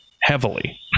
heavily